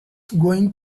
going